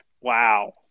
Wow